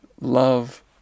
love